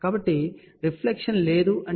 కాబట్టి రిఫ్లెక్షన్ లేదు అంటే S11 0 కి సమానం